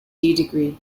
degree